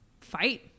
fight